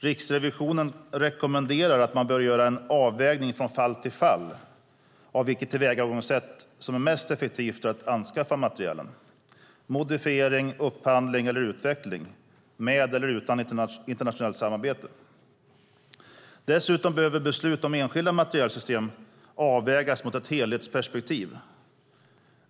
Riksrevisionen rekommenderar att man bör göra en avvägning från fall till fall av vilket tillvägagångssätt som är mest effektivt för att anskaffa materielen: modifiering, upphandling eller utveckling, med eller utan internationellt samarbete. Dessutom behöver beslut om enskilda materielsystem avvägas mot ett helhetsperspektiv.